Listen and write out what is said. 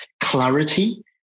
clarity